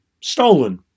stolen